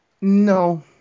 No